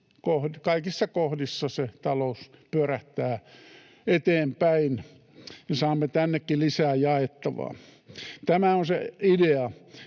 kaikissa kohdissa talous pyörähtää eteenpäin ja saamme tännekin lisää jaettavaa. Tämä on se idea,